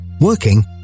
working